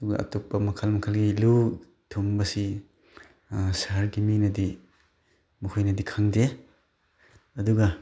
ꯑꯗꯨꯒ ꯑꯇꯣꯞꯄ ꯃꯈꯜ ꯃꯇꯜꯒꯤ ꯂꯨ ꯊꯨꯝꯕꯁꯤ ꯁꯍꯔꯒꯤ ꯃꯤꯅꯗꯤ ꯃꯈꯣꯏꯅꯗꯤ ꯈꯪꯗꯦ ꯑꯗꯨꯒ